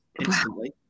instantly